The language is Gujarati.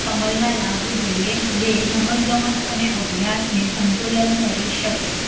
અમલમાં લાવવું જોઈએ જે રમતગમત અને અભ્યાસને સંતુલન કરી શકે